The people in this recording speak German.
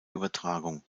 übertragung